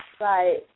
Right